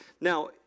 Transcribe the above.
Now